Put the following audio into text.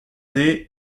née